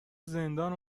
زندان